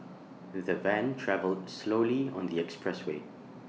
the van travelled slowly on the expressway